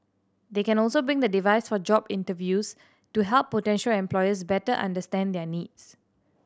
they can also bring the device for job interviews to help potential employers better understand their needs